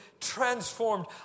transformed